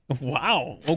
Wow